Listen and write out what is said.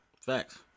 Facts